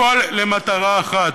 הכול למטרה אחת: